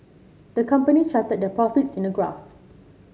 the company charted their profits in a graph